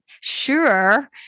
Sure